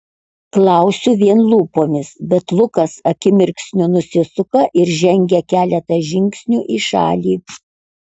klausiu vien lūpomis bet lukas akimirksniu nusisuka ir žengia keletą žingsnių į šalį